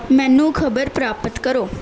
ਮੈਨੂੰ ਖ਼ਬਰ ਪ੍ਰਾਪਤ ਕਰੋ